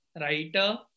writer